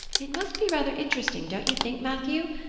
it must be rather interesting, don't you think, matthew?